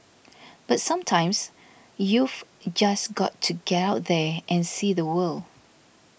but sometimes you've just got to get out there and see the world